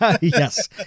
Yes